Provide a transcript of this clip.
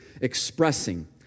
expressing